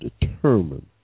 determined